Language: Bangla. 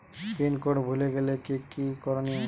পিন কোড ভুলে গেলে কি কি করনিয়?